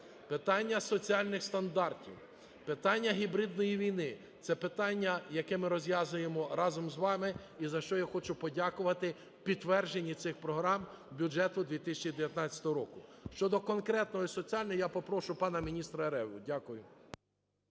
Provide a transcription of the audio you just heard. питання соціальних стандартів, питання гібридної війни – це питання, які ми розв'язуємо разом з вами, і за що я хочу подякувати, в підтвердженні цих програм в бюджеті 2019 року. Щодо конкретної соціальної… я попрошу пана міністра Реву. Дякую.